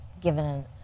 given